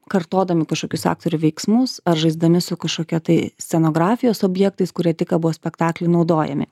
kartodami kažkokius aktorių veiksmus ar žaisdami su kažkokia tai scenografijos objektais kurie tik ką buvo spektaklyje naudojami